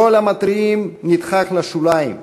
קול המתריעים נדחק לשוליים,